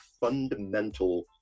fundamental